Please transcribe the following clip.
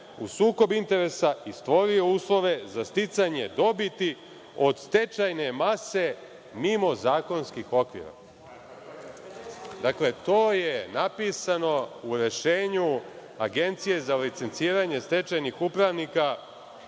u sukob interesa i stvorio uslove za sticanje dobiti od stečajne mase mimo zakonskih okvira. Dakle, to je napisano u rešenju Agencije za licenciranje stečajnih upravnika